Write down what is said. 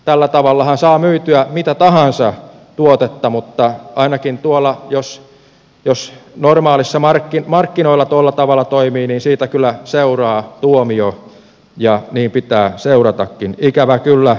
tällä tavallahan saa myytyä mitä tahansa tuotetta mutta ainakin jos tuolla markkinoilla tuolla tavalla toimii niin siitä kyllä seuraa tuomio ja niin pitää seuratakin ikävä kyllä